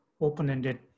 open-ended